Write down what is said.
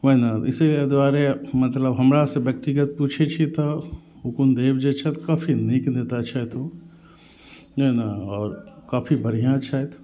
ओहिनाएहि दुआरे मतलब हमरा सऽ व्यक्तिगत पूछै छी तऽ हुकुनदेव जे छथि काफी नीक नेता छथि ओ बुझलियै ने आओर काफी बढ़िऑं छथि